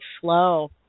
slow